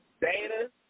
data